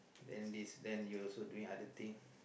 then this then you also doing other thing